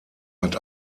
hat